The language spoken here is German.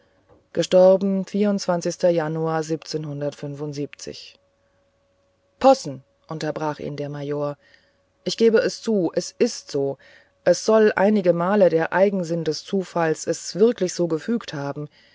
gestorben januar possen unterbrach ihn der major ich gebe zu es ist so es soll einigemal der eigensinn des zufalls es wirklich so gefügt haben